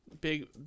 big